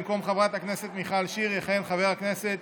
במקום חברת הכנסת מיכל שיר יכהן חבר הכנסת